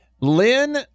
Lynn